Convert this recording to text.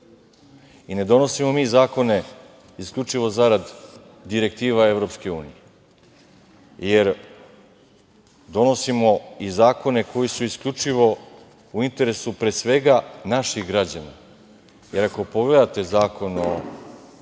I ne donosimo mi zakone isključivo zarad direktiva EU, jer donosimo i zakone koji su isključivo u interesu, pre svega naših građana, jer ako pogledate zakon o